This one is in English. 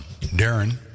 Darren